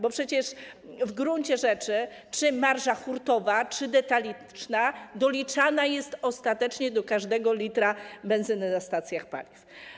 Bo przecież w gruncie rzeczy czy marża hurtowa, czy detaliczna doliczana jest ostatecznie do każdego litra benzyny na stacjach paliw.